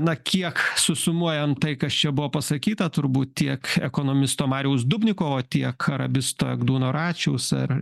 na kiek susumuojant tai kas čia buvo pasakyta turbūt tiek ekonomisto mariaus dubnikovo tiek arabisto egdūno račiaus ar